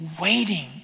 waiting